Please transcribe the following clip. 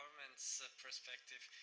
government's perspective,